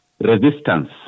Resistance